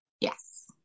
yes